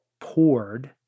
poured